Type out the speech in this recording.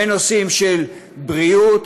מנושאים של בריאות,